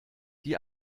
die